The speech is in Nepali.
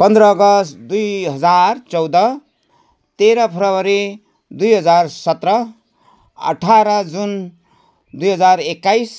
पन्ध्र अगस्त दुई हजार चौध तेह्र फेब्रुअरी दुई हजार सत्र अठार जुन दुई हजार एक्काइस